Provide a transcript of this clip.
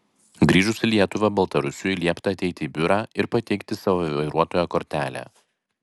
grįžus į lietuvą baltarusiui liepta ateiti į biurą ir pateikti savo vairuotojo kortelę